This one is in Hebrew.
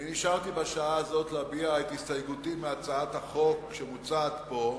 אני נשארתי בשעה הזאת להביע את הסתייגותי מהצעת החוק שמוצעת כאן